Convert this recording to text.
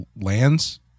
lands